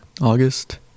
august